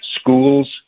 schools